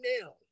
now